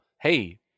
Hey